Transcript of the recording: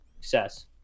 success